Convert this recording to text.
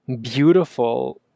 beautiful